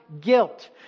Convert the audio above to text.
guilt